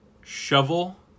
Shovel